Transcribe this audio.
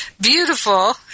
beautiful